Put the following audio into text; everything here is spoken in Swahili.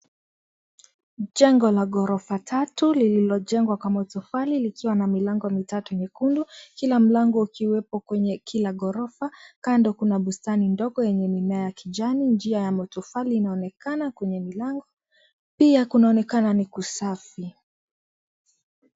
Jengo la ghorofa tatu lililojengwa kwa matofali likiwa na milango mitatu miekundu kila mlango ukiwepo kwenye kila ghorofa. Kando kuna bustani ndogo yenye mimea ya kijani. Njia ya matofali inaonekana kwenye milango. Pia kunaonekana ni kusafi.